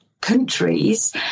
countries